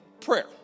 prayer